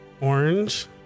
orange